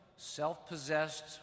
self-possessed